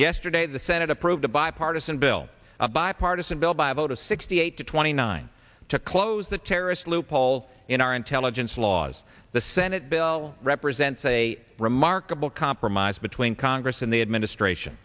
yesterday the senate approved a bipartisan bill a bipartisan bill by a vote of sixty eight to twenty nine to close the terrorist loophole in our intelligence laws the senate bill represents a remarkable compromise between congress and the administration